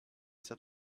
set